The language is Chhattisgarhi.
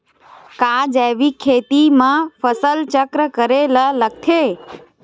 का जैविक खेती म फसल चक्र करे ल लगथे?